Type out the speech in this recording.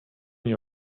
nie